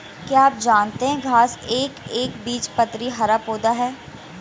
क्या आप जानते है घांस एक एकबीजपत्री हरा पौधा है?